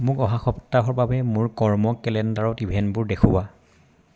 মোক অহা সপ্তাহৰ বাবে মোৰ কৰ্ম কেলেণ্ডাৰত ইভেণ্টবোৰ দেখুওৱা